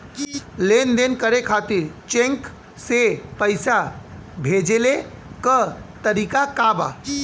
लेन देन करे खातिर चेंक से पैसा भेजेले क तरीकाका बा?